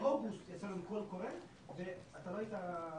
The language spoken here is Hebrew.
באוגוסט יצאנו בקול קורא ואתה ראית,